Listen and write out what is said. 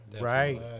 right